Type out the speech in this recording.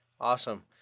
Awesome